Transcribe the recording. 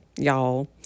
y'all